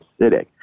acidic